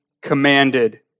commanded